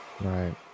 Right